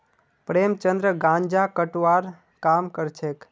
प्रेमचंद गांजा कटवार काम करछेक